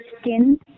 skin